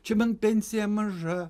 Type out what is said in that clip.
čia man pensija maža